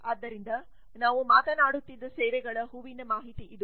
ಆದ್ದರಿಂದ ನಾವು ಮಾತನಾಡುತ್ತಿದ್ದ ಸೇವೆಗಳ ಹೂವಿನ ಮಾಹಿತಿ ಇದು